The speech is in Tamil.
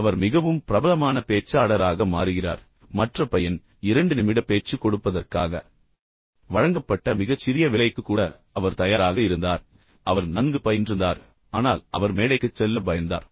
பின்னர் அவர் மிகவும் பிரபலமான பேச்சாளராக மாறுகிறார் மற்ற பையன் இரண்டு நிமிட பேச்சு கொடுப்பதற்காக வழங்கப்பட்ட மிகச் சிறிய வேலைக்கு கூட அவர் தயாராக இருந்தார் அவர் நன்கு பயின்றுந்தார் ஆனால் அவர் மேடைக்குச் செல்ல பயந்தார்